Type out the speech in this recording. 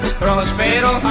prospero